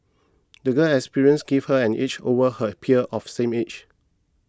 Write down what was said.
the girl's experiences gave her an edge over her peers of same age